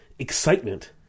excitement